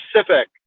specific